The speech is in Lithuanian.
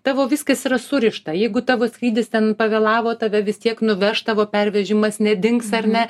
tavo viskas yra surišta jeigu tavo skrydis ten pavėlavo tave vis tiek nuveš tavo pervežimas nedings ar ne